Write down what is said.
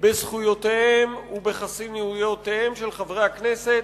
בזכויותיהם ובחסינותם של חברי הכנסת,